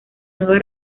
nueva